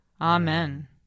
Amen